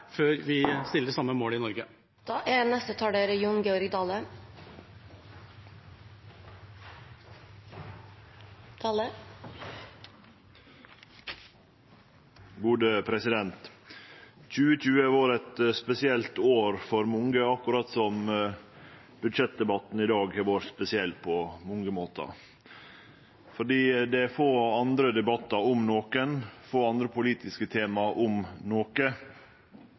2020 har vore eit spesielt år for mange, akkurat som budsjettdebatten i dag har vore spesiell på mange måtar. Det er få debattar, om nokon, få politiske tema, om noko,